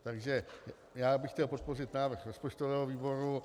Takže bych chtěl podpořit návrh rozpočtového výboru.